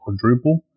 quadruple